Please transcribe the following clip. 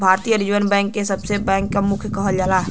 भारतीय reserve bank के सब बैंक क मुखिया कहल जाला